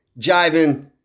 jiving